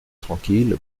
tranquille